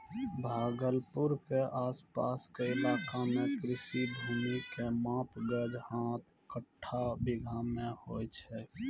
भागलपुर के आस पास के इलाका मॅ कृषि भूमि के माप गज, हाथ, कट्ठा, बीघा मॅ होय छै